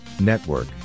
network